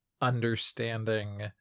understanding